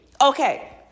Okay